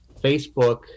Facebook